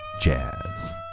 jazz